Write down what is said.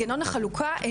מנגנון החלוקה,